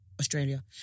Australia